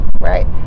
right